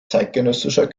zeitgenössischer